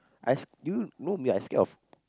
as~ you know me I scared of